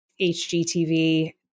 HGTV